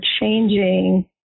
changing